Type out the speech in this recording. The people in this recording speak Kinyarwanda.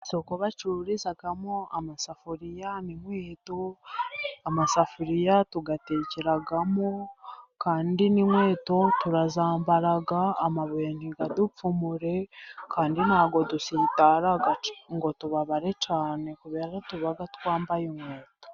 Isoko bacururizamo amasafuriya n'inkweto, amasafuriya tugatekeramo kandi n'inkweto turazambara amabuye ntadupfumure, kandi ntago dusitara ngo tubabare cyane kubera tuba twambaye inkweto.